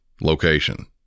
location